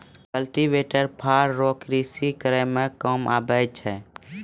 cultivator फार रो कृषि करै मे काम आबै छै